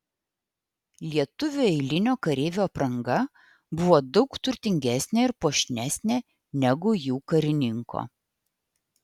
lietuvio eilinio kareivio apranga buvo daug turtingesnė ir puošnesnė negu jų karininko